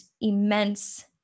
immense